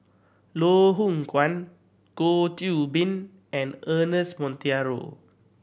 Loh Hoong Kwan Goh Qiu Bin and Ernest Monteiro